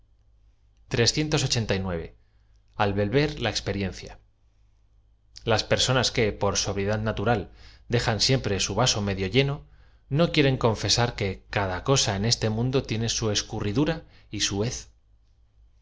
v e r la experiencia las personas que por sobriedad natural dejan siempre su vaso medio lleno no quieren confesar que cada cosa en este mundo tiene su